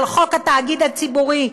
על חוק התאגיד הציבורי,